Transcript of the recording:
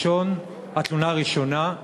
התלונה הראשונה,